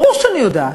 ברור שאני יודעת.